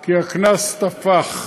כי הקנס תפח.